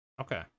okay